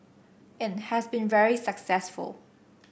it has been very successful